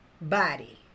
body